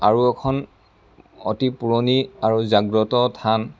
আৰু এখন অতি পুৰণি আৰু জাগ্ৰত থান